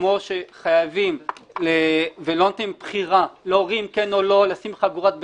כמו שחייבים ולא נותנים בחירה להורים כן או לא לשים חגורת בטיחות,